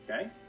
Okay